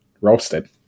roasted